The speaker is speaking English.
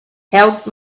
help